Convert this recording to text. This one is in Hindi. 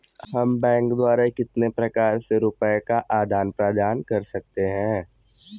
हम बैंक द्वारा कितने प्रकार से रुपये का आदान प्रदान कर सकते हैं?